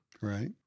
Right